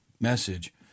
message